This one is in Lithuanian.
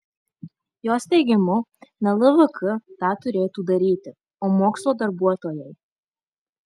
jos teigimu ne lvk tą turėtų daryti o mokslo darbuotojai